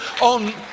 on